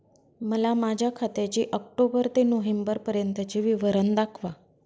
मला माझ्या खात्याचे ऑक्टोबर ते नोव्हेंबर पर्यंतचे विवरण दाखवा